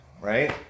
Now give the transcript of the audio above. right